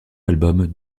albums